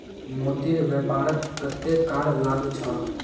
मोतीर व्यापारत कत्ते कर लाग छ